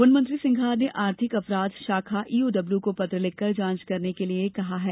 one मंत्री सिंघार ने आर्थिक अपराध शाखा ईओडब्लू को पत्र लिखकर जांच करने के लिए कहा है